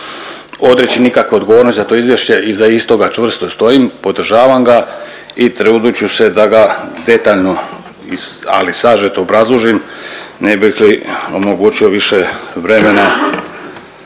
odreći nikakve odgovornosti za to izvješće. Iza istoga čvrsto stojim, podržavam ga i trudit ću se da ga detaljno, ali sažeto obrazložim ne bih li omogućio više vremena